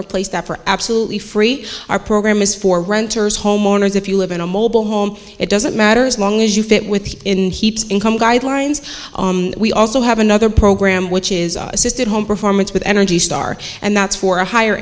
replace that for absolutely free our program is for renters homeowners if you live in a mobile home it doesn't matter as long as you fit within heaps income guidelines we also have another program which is assisted home performance with energy star and that's for a higher